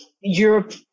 Europe